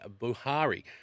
Buhari